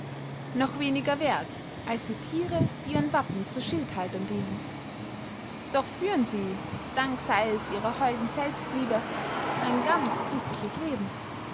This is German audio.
noch weniger werth als die thiere die ihren wappen zu schildhaltern dienen doch führen sie dank sey es ihrer holden selbstliebe ein ganz glückliches leben